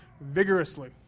vigorously